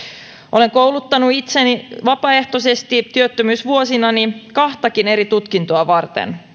olen kouluttanut itseni vapaaehtoisesti työttömyysvuosinani kahtakin eri tutkintoa varten